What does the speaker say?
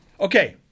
Okay